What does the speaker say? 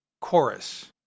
chorus